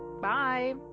Bye